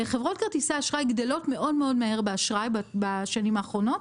חברות כרטיסי האשראי גדלות מאוד מהר באשראי בשנים האחרונות.